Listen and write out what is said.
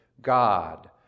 God